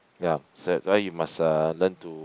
ya so that's why you must uh learn to